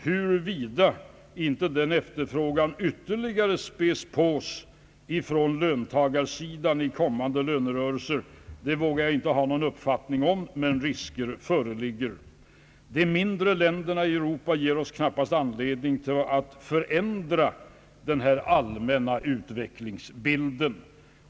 Huruvida inte denna efterfrågan ytterligare späds på genom tillgodoseende av krav från löntagarsidan i kommande lönerörelser, vågar jag inte ha någon uppfattning om, men risker härför föreligger. De mindre länderna i Europa ger knappast anledning till en förändring av denna allmänna utvecklingsbild.